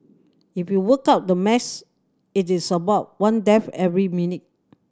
if you work out the maths it is about one death every minute